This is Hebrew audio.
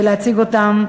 להציג אותם.